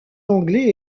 anglais